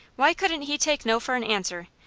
why couldn't he take no for an answer,